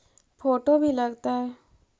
Photo भी लग तै?